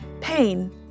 Pain